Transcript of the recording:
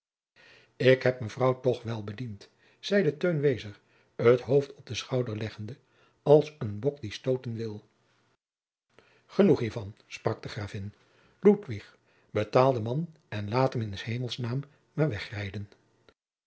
ik heb mevrouw toch wel bediend zeide teun wezer het hoofd op den schouder leggende als een bok die stooten wil genoeg hiervan sprak de gravin ludwig betaal den man en laat hem in s hemels naam maar wegrijden